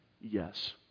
yes